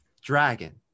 Dragon